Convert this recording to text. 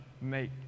make